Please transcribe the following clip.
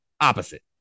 opposite